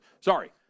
sorry